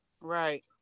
right